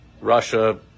Russia